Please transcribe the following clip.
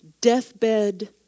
deathbed